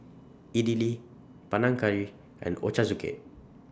Idili Panang Curry and Ochazuke